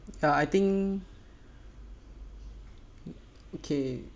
ya I think okay